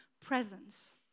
presence